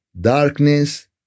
darkness